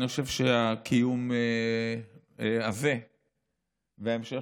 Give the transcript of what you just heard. אני חושב שהקיום הזה וההמשך,